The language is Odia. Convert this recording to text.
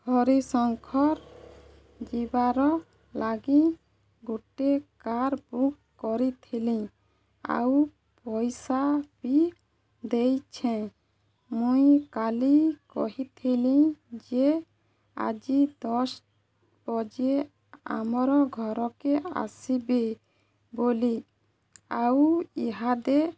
ହରିଶଙ୍ଖ ଯିବାର ଲାଗି ଗୋଟେ କାର୍ ବୁକ୍ କରିଥିଲି ଆଉ ପଇସା ବି ଦେଇଛେ ମୁଇଁ କାଲି କହିଥିଲି ଯେ ଆଜି ଦଶ ବଜେ ଆମର ଘରକେ ଆସିବି ବୋଲି ଆଉ ଦେ